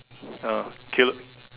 Aqilah